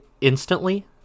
instantly